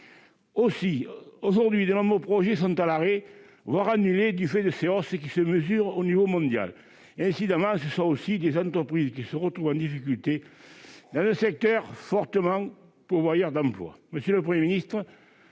Aujourd'hui, de nombreux projets sont à l'arrêt, voire annulés, du fait de ces hausses qui se mesurent à l'échelle mondiale. Incidemment, ce sont aussi des entreprises qui se retrouvent en difficulté dans un secteur fortement pourvoyeur d'emplois. Monsieur le Premier ministre,